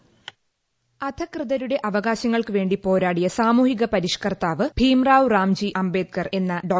voice അധകൃതരുടെ അവകാശങ്ങൾക്കു വേണ്ടി പോരാടിയ സാമൂഹിക പരിഷ്കർത്താവ് ഭീംറാവു റാംജ്ച് എന്ന ഡോ